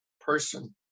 person